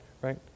right